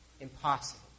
impossible